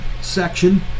section